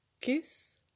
Kiss